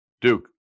Duke